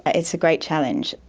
it's a great challenge.